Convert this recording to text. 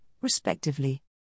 respectively